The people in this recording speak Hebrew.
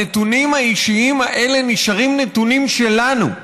הנתונים האישיים האלה נשארים נתונים שלנו.